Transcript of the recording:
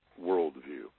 worldview